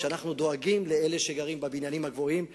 שאנחנו דואגים לאלה שגרים בבניינים הגבוהים בתל-אביב,